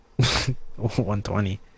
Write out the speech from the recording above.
$120